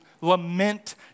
lament